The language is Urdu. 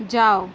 جاؤ